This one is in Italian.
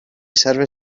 serve